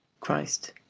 christ,